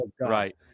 right